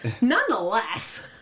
Nonetheless